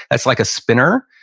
as like a spinner.